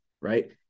Right